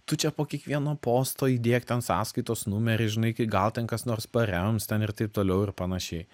tu čia po kiekvieno posto įdėk ten sąskaitos numerį žinai kai gal ten kas nors parems ten ir taip toliau ir panašiai